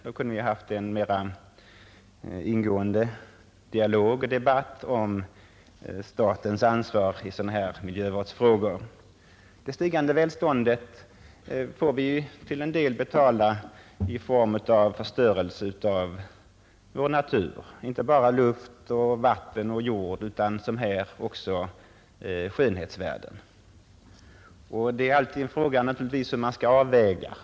Då kunde vi ha haft en mera ingående debatt om statens ansvar i miljövårdsfrågor. Det stigande välståndet får vi till en del betala i form av förstörelse av vår natur, inte bara när det gäller luft, vatten och jord utan såsom här också när det gäller skönhetsvärden. Det är naturligtvis alltid en fråga om avvägning.